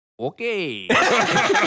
Okay